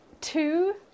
Two